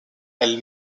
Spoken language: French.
elle